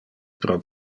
pro